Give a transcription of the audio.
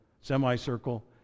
semicircle